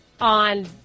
on